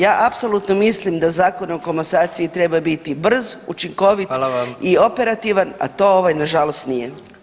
Ja apsolutno mislim da zakon o komasaciji treba biti brz, učinkovit [[Upadica predsjednik: Hvala vam.]] i operativan, a to ovaj nažalost nije.